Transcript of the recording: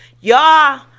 y'all